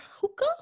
hookah